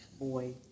boy